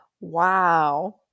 Wow